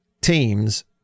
teams